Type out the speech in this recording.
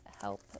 help